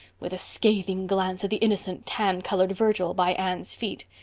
with a scathing glance at the innocent tan-colored virgil by anne's feet.